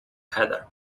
hatter